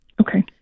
okay